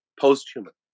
post-human